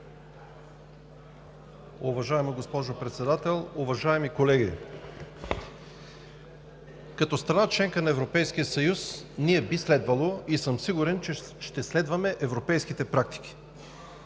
Уважаема госпожо Председател, уважаеми колеги! Като страна – членка на Европейския съюз, ние би следвало и съм сигурен, че ще следваме европейските практики.